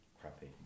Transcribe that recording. crappy